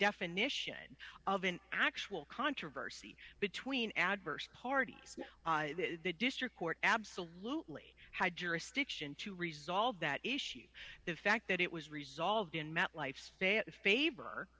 definition of an actual controversy between adverse parties the district court absolutely had jurisdiction to resolve that issue the fact that it was resolved in met life span favor